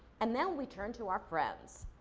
and then we turned to our friends.